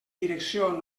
direcció